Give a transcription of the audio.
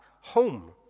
home